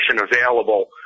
available